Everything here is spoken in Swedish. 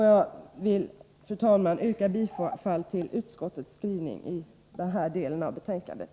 Jag vill, fru talman, yrka bifall till utskottets skrivning i denna del av betänkandet.